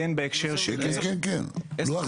שלכם?